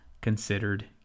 considered